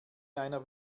einer